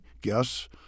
guess